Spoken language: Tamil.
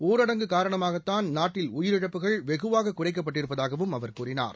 ஊரடங்கு காரணமாகத்தான் நாட்டில் உயிரிழப்புகள் வெகுவாக குறைக்கப்பட்டிருப்பதாகவும் அவர் கூறினார்